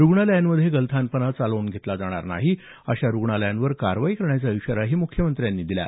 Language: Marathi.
रुग्णालयांमध्ये गलथानपणा चालवून घेतला जाणार नाही अशा रुग्णालयांवर कारवाई करण्याचा इशारा मुख्यमंत्र्यांनी यावेळी दिला